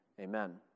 amen